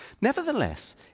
Nevertheless